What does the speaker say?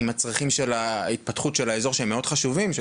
של התפתחות של האזור שהם מאוד חשובים,